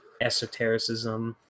esotericism